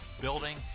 building